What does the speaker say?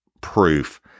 proof